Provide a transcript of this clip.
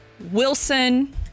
wilson